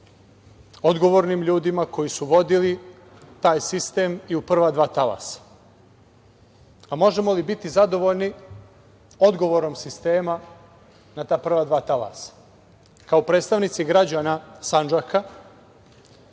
odgovornim ljudima koji su vodili taj sistem i u prva dva talasa. Možemo li biti zadovoljni odgovorom sistema na ta prva dva talasa? Kao predstavnici građana Sandžaka,